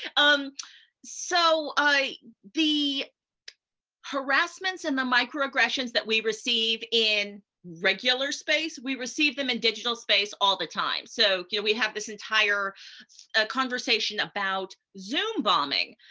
um so the harassments and the microaggressions that we receive in regular space, we receive them in digital space all the time. so here we have this entire ah conversation about zoom bombing,